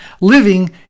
living